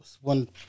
One